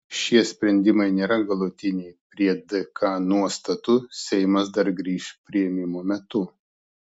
šie sprendimai nėra galutiniai prie dk nuostatų seimas dar grįš priėmimo metu